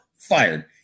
fired